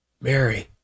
Mary